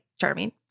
charming